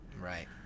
Right